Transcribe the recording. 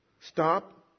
Stop